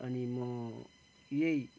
अनि म यही